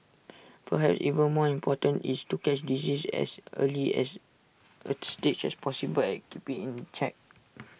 perhaps even more important is to catch diseases as early as A stage as possible and keep IT in check